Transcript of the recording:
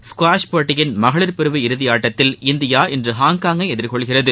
ஸ்குவாஷ்போட்டியின்மகளிர்பிரிவுஇறுதிஆட்டத்தில்இந்தியாஇன்றுஹாங்காங்கை எதிர்கொள்கிறது